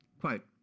Quote